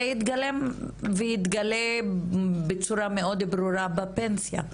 זה יתגלם ויתגלה בצורה מאוד ברורה בפנסיה,